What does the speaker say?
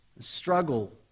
Struggle